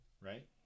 Right